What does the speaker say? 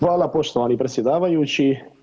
Hvala poštovani predsjedavajući.